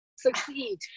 succeed